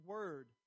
Word